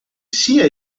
sia